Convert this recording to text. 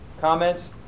Comments